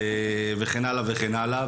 וכן הלאה וכן הלאה.